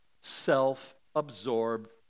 self-absorbed